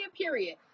period